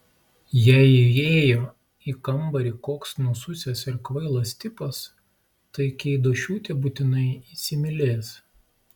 jei įėjo į kambarį koks nususęs ir kvailas tipas tai keidošiūtė būtinai įsimylės